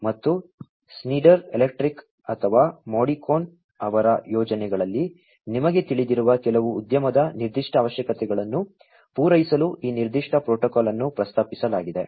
ಮತ್ತು Schneider Electric ಅಥವಾ Modicon ಅವರ ಯೋಜನೆಗಳಲ್ಲಿ ನಿಮಗೆ ತಿಳಿದಿರುವ ಕೆಲವು ಉದ್ಯಮದ ನಿರ್ದಿಷ್ಟ ಅವಶ್ಯಕತೆಗಳನ್ನು ಪೂರೈಸಲು ಈ ನಿರ್ದಿಷ್ಟ ಪ್ರೋಟೋಕಾಲ್ ಅನ್ನು ಪ್ರಸ್ತಾಪಿಸಲಾಗಿದೆ